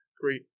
great